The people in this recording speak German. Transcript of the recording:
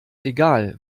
egal